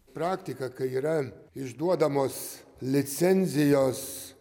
praktika kai yra išduodamos licenzijos